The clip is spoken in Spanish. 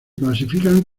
clasifican